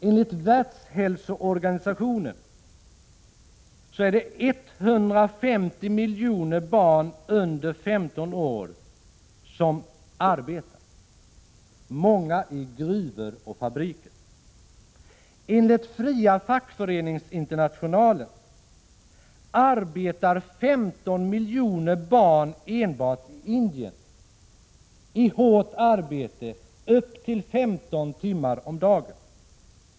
Enligt Världshälsoorganisationen arbetar 150 miljoner barn under 15 år, många av dem i gruvor och fabriker. Enligt Fria Fackföreningsinternationalen arbetar enbart i Indien 15 miljoner barn i hårt arbete upp till 15 timmar om dagen.